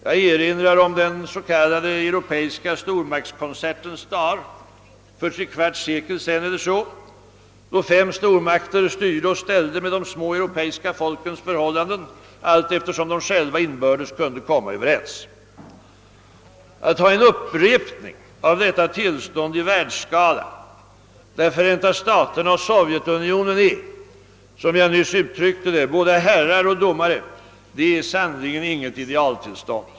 Jag erinrar om den europeiska stormaktskonsertens dagar för tre fjärdedels sekel sedan då fem stormakter styrde och ställde med de små europeiska folkens förhållanden allteftersom de själva inbördes kunde komma överens. Att ha en upprepning av detta tillstånd i världsskala där Förenta staterna och Sovjetunionen är, som jag nyss uttryckte det, både herrar och domare, det är sannerligen inget idealtillstånd.